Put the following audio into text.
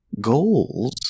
goals